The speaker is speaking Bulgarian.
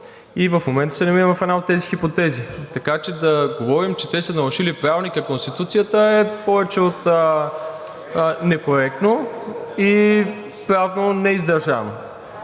и в момента се намираме в една от тези хипотези. Така че да говорим, че те са нарушили Правилника и Конституцията, е повече от некоректно и правно неиздържано.